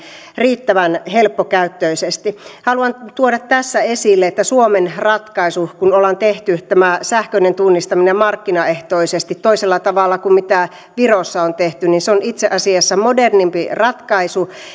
riittävän helppokäyttöisesti haluan tuoda tässä esille että suomen ratkaisu kun ollaan tehty tämä sähköinen tunnistaminen markkinaehtoisesti toisella tavalla kuin mitä virossa on tehty on itse asiassa modernimpi ratkaisu